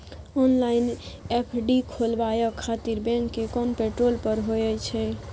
Online FD खोलाबय खातिर bank के कोन पोर्टल पर होए छै?